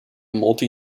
multi